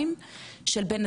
שיתמודד,